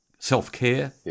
Self-care